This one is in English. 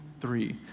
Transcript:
three